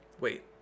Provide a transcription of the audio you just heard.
Wait